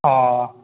অ